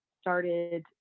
started